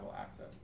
access